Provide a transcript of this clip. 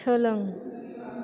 सोलों